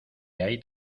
hay